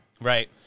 Right